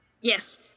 Yes